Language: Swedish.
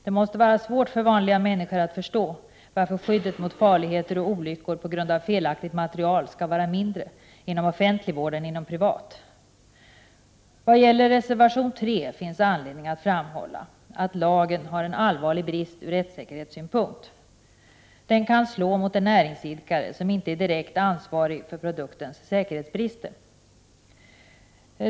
Det måste vara svårt för vanliga människor att förstå varför skyddet mot farligheter och olyckor på grund av felaktigt materiel skall vara mindre inom offentlig vård än inom privat. Vad gäller reservation 3 finns anledning att framhålla att lagen har en allvarlig brist ur rättssäkerhetssynpunkt. Den kan slå mot en näringsidkare som inte är direkt ansvarig för produktens säkerhetsbrister.